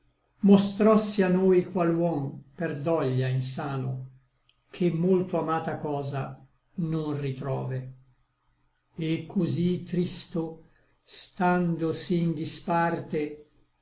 lontano mostrossi a noi qual huom per doglia insano che molto amata cosa non ritrove et cosí tristo standosi in disparte